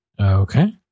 Okay